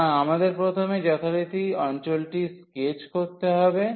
সুতরাং আমাদের প্রথমে যথারীতি অঞ্চলটি স্কেচ করতে হবে